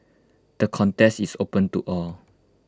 the contest is open to all